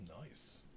Nice